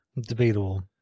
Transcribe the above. Debatable